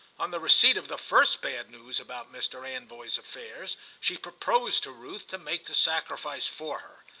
on the receipt of the first bad news about mr. anvoy's affairs she proposed to ruth to make the sacrifice for